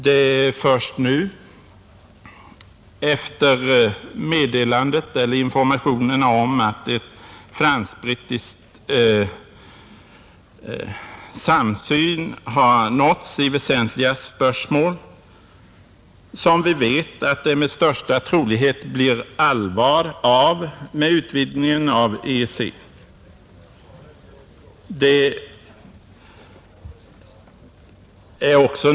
Det är först nu efter informationen om att en fransk—brittisk samsyn har nåtts i väsentliga spörsmål som vi vet att det med största sannolikhet blir allvar med en utvidgning av EEC.